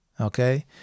okay